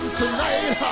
tonight